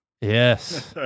Yes